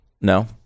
no